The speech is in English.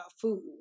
food